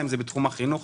אם זה מתחום החינוך,